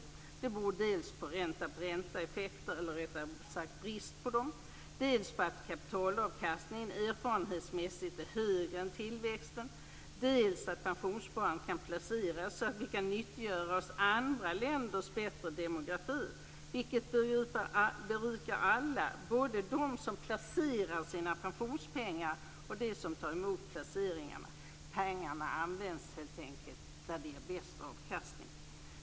Detta beror dels på ränta-på-räntaeffekter, eller sättare sagt på brist på dem, dels på att kapitalavkastningen erfarenhetsmässigt är högre än tillväxten, dels på att pensionssparandet kan placeras så att vi kan nyttiggöra oss andra länders bättre demografi, vilket berikar alla, både de som placerar sina pensionspengar och de som tar emot placeringarna. Pengarna används helt enkelt där de ger bäst avkastning.